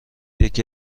یکی